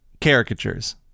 caricatures